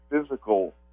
physical